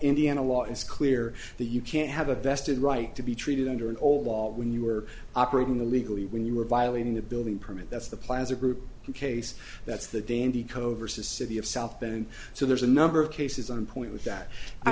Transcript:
indiana law it's clear that you can't have a vested right to be treated under an old law when you were operating illegally when you were violating the building permit that's the plaza group case that's the dainty kovar society of south bend so there's a number of cases on point with that